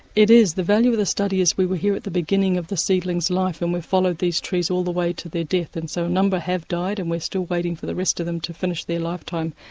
it is, the value of the study is that we were here at the beginning of the seedlings' life and we've followed these trees all the way to their death and so a number have died and we're still waiting for the rest of them to finish their lifetime.